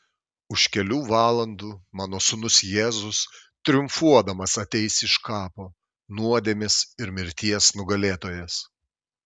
už kelių valandų mano sūnus jėzus triumfuodamas ateis iš kapo nuodėmės ir mirties nugalėtojas